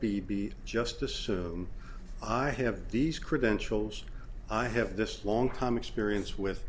b b just assume i have these credentials i have this long time experience with